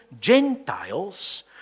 Gentiles